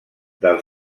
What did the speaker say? del